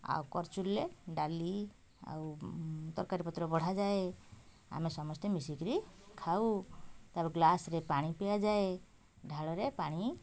ଆଉ କରଚୁଲିରେ ଡାଲି ଆଉ ତରକାରୀ ପତ୍ର ବଢ଼ାଯାଏ ଆମେ ସମସ୍ତେ ମିଶିକିରି ଖାଉ ତା'ପରେ ଗ୍ଲାସ୍ରେ ପାଣି ପିଆଯାଏ ଢାଳରେ ପାଣି